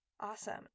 Awesome